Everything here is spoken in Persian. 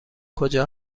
کجا